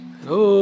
Hello